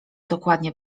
dokładnie